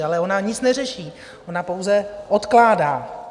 Ale ona nic neřeší, ona pouze odkládá.